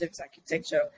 architecture